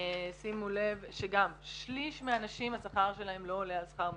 שימו לב שגם שכרן של שליש מהנשים לא עולה על שכר המינימום,